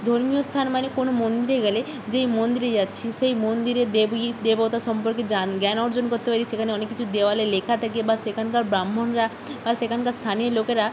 ধর্মীয় স্থান মানে কোনো মন্দির গেলে যেই মন্দিরে যাচ্ছি সেই মন্দিরের দেবী দেবতা সম্পর্কে জান জ্ঞান অর্জন করতে পারি সেখানে অনেক কিছু দেওয়ালে লেখা থাকে বা সেখানকার ব্রাহ্মণরা আর সেখানকার স্থানীয় লোকেরা